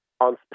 on